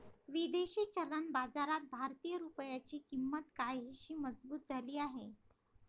विदेशी चलन बाजारात भारतीय रुपयाची किंमत काहीशी मजबूत झाली आहे